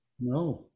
No